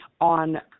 on